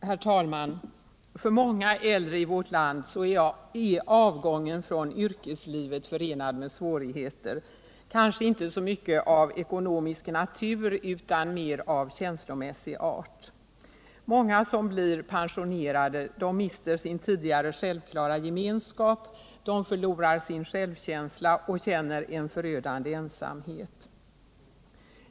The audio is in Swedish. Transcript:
Herr talman! För många äldre i vårt land är avgången från yrkeslivet förenad med svårigheter, kanske inte så mycket av ekonomisk natur utan mer av känslomässig art. Många som blir pensionerade mister sin tidigare självklara gemenskap, förlorar sin självkänsla och känner en förödande ensamhet.